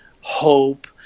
hope